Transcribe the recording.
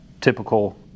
typical